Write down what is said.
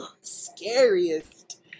scariest